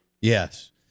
Yes